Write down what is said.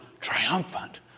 triumphant